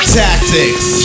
tactics